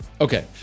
Okay